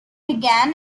began